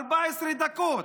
14 דקות.